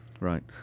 Right